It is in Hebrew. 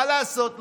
מה לעשות,